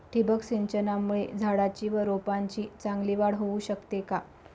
ठिबक सिंचनामुळे झाडाची व रोपांची चांगली वाढ होऊ शकते का?